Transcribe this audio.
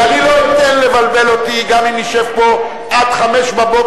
ואני לא אתן לבלבל אותי גם אם נשב פה עד 05:00,